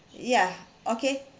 yeah okay